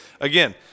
Again